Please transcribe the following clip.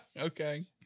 okay